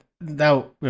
Now